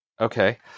okay